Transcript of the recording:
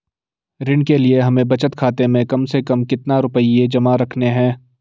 ऋण के लिए हमें बचत खाते में कम से कम कितना रुपये जमा रखने हैं?